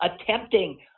attempting